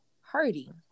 hurting